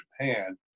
Japan